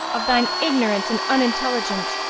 of thine ignorance and unintelligence,